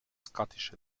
scottish